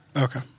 Okay